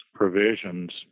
provisions